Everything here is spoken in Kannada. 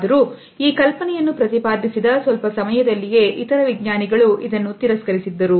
ಆದಾಗ್ಯೂ ಈ ಕಲ್ಪನೆಯನ್ನು ಪ್ರತಿಪಾದಿಸಿದ ಸ್ವಲ್ಪ ಸಮಯದಲ್ಲಿಯೇ ಇತರ ವಿಜ್ಞಾನಿಗಳು ತಿರಸ್ಕರಿಸಿದ್ದರು